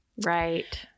Right